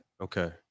Okay